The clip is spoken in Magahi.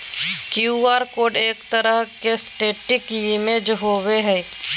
क्यू आर कोड एक तरह के स्टेटिक इमेज होबो हइ